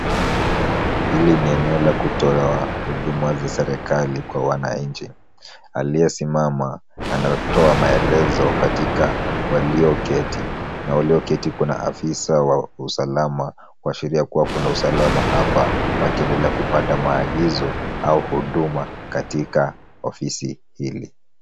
Hili ni eneo la kutolewa huduma za serikali kwa wananchi. Aliyesimama anatoa maelezo katika walioketi na walioketi kuna afisa wa usalama wa sheria kuwa kuna usalama hapa wakiendelea kupata maagizo au huduma katika ofisi hili.